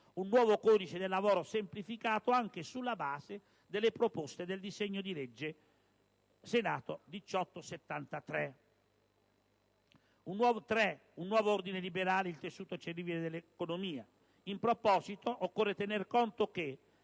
un nuovo codice del lavoro semplificato, anche sulla base delle proposte del disegno di legge n. 1873; 3) un nuovo ordine liberale e il tessuto civile dell'economia. In proposito, occorre tener conto che: